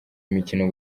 imikino